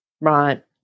Right